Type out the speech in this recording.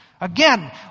Again